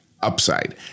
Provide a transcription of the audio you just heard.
upside